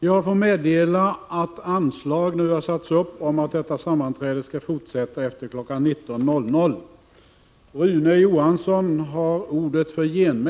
Jag får meddela att anslag nu har satts upp om att detta sammanträde skall fortsätta efter kl. 19.00.